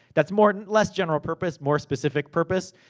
that's more. less, general purpose, more specific purpose.